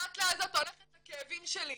הסטלה הזאת הולכת לכאבים שלי,